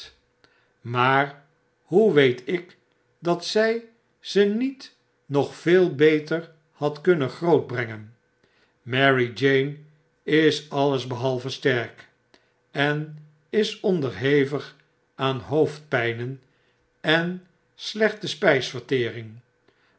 maar hoe weet ik dat zy ze niet nog veel beter had kunnen grootbrengen marie jane is alles behalve sterk en is onderhevig aan hoofdpijnen en slechte spysvertering